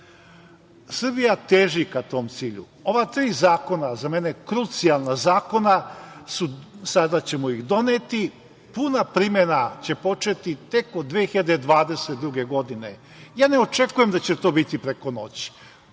Srbija teži ka tom cilju. Ova tri zakona, za mene krucijalna zakona, sada ćemo ih doneti. Puna primena će početi tek od 2022. godine. Ne očekujem da će to biti preko noći.